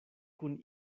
kun